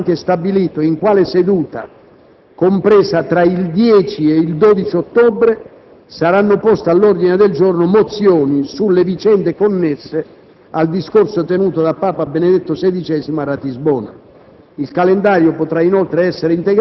In tale riunione sarà anche stabilito in quale seduta, compresa tra il 10 e il 12 ottobre, saranno poste all'ordine del giorno mozioni sulle vicende connesse al discorso tenuto da Papa Benedetto XVI a Ratisbona.